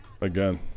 Again